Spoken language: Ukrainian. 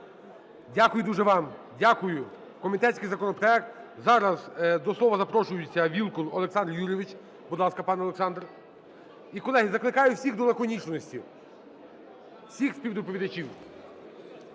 Дякую дуже вам. Дякую. Комітетський законопроект. Зараз до слова запрошується Вілкул Олександр Юрійович. Будь ласка, пане Олександр. І, колеги, закликаю всіх до лаконічності, всіх співдоповідачів.